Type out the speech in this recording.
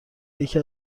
یکی